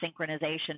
synchronization